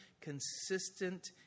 consistent